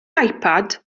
ipad